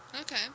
Okay